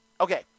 Okay